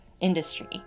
industry